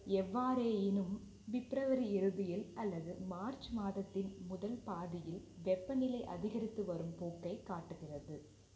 எவ்வாறாயினும் பிப்ரவரி இறுதியில் அல்லது மார்ச் மாதத்தின் முதல் பாதியில் வெப்பநிலை அதிகரித்து வரும் போக்கைக் காட்டுகிறது